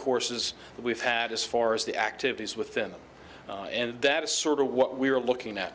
courses we've had as far as the activities within and that is sort of what we are looking at